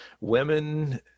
women